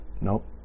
Nope